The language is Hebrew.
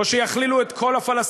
או שיכלילו את כל הפלסטינים,